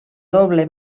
doble